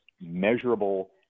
measurable